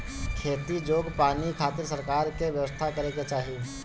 खेती जोग पानी खातिर सरकार के व्यवस्था करे के चाही